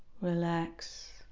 relax